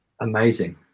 Amazing